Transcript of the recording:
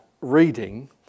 reading